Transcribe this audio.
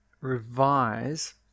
revise